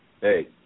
Hey